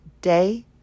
day